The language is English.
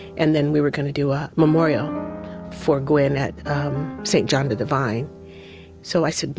and then we were gonna do a memorial for gwen at st. john the divine so i said, no,